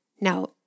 now